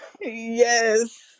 yes